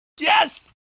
yes